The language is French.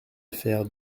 faire